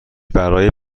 برای